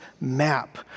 map